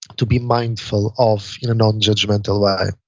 to be mindful of you know non-judgmental eye.